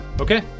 Okay